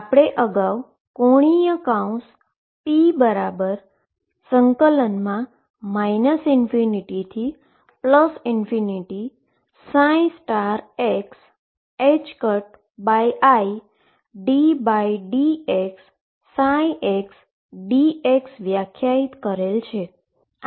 આપણે અગાઉ ⟨p⟩ ∞ xiddx ψdx વ્યાખ્યાયિત કરેલ છે